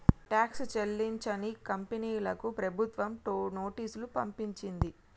tax చెల్లించని కంపెనీలకు ప్రభుత్వం నోటీసులు పంపించింది